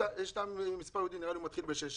את המספר הייעודי, נראה לי הוא מתחיל ב-66.